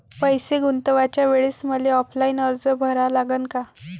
पैसे गुंतवाच्या वेळेसं मले ऑफलाईन अर्ज भरा लागन का?